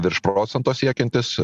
virš procento siekiantis